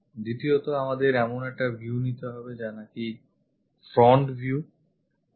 দ্বিতীয়ত আমাদের এমন একটা view নিতে হবে যা নাকি front view